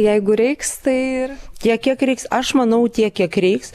jeigu reiks tai tiek kiek reiks aš manau tiek kiek reiks